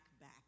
back